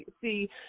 see